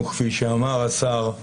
או כפי שאמר השר,